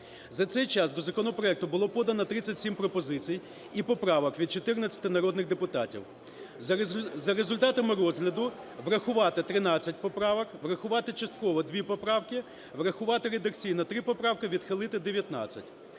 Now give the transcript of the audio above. За цей час до законопроекту було подано 37 пропозицій і поправок від 14 народних депутатів. За результатами розгляду: врахувати 13 поправок, врахувати частково 2 поправки, врахувати редакційно 3 поправки, відхилити 19,